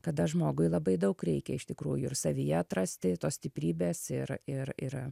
kada žmogui labai daug reikia iš tikrųjų ir savyje atrasti tos stiprybės ir ir yra